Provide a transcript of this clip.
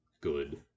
good